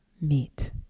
meet